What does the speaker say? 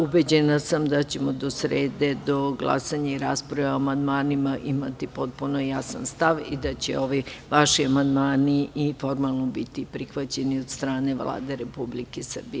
Ubeđena sam da ćemo do srede, do glasanja i rasprave o amandmanima imati potpuno jasan stav i da će ovi vaši amandmani i formalno biti prihvaćeni od strane Vlade Republike Srbije.